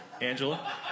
Angela